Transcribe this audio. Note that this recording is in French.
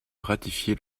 ratifier